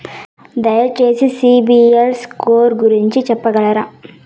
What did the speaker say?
దయచేసి సిబిల్ స్కోర్ గురించి చెప్పగలరా?